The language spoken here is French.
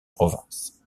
province